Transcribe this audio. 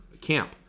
camp